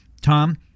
tom